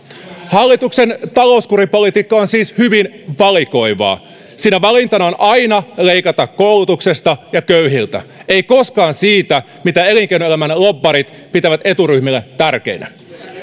hallituksen talouskuripolitiikka on siis hyvin valikoivaa siinä valintana on aina leikata koulutuksesta ja köyhiltä ei koskaan siitä mitä elinkeinoelämän lobbarit pitävät eturyhmille tärkeänä